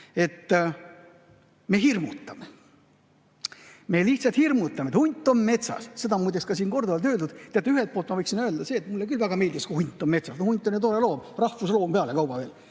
me hirmutame, me lihtsalt hirmutame, et hunt on metsas. Seda on muideks siin korduvalt öeldud. Teate, ühelt poolt ma võiksin öelda, et mulle väga meeldiks, kui hunt oleks metsas, hunt on ju tore loom, rahvusloom pealekauba veel,